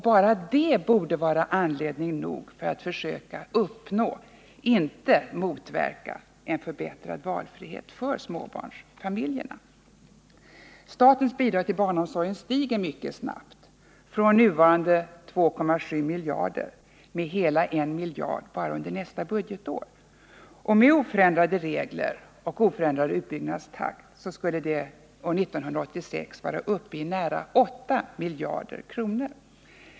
Bara detta borde vara anledning nog att söka uppnå — inte motverka — en förbättrad valfrihet för småbarnsfamiljerna. Statens bidrag till barnomsorgen stiger mycket snabbt, från nuvarande 2,7 miljarder med hela 1 miljard kronor bara under nästa budgetår. Med oförändrade regler och oförändrad utbyggnadstakt skulle det år 1986 vara uppe i nära 8 miljarder.